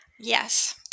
Yes